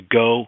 go